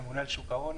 הממונה על שוק ההון,